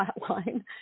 flatline